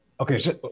Okay